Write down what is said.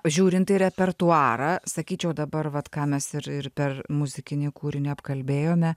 žiūrint į repertuarą sakyčiau dabar vat ką mes ir ir per muzikinį kūrinį apkalbėjome